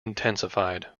intensified